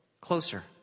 closer